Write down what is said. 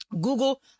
Google